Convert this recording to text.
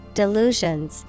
delusions